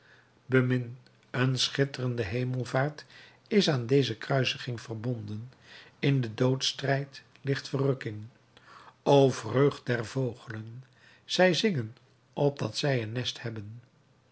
bemin een schitterende hemelvaart is aan deze kruisiging verbonden in den doodsstrijd ligt verrukking o vreugd der vogelen zij zingen omdat zij een nest hebben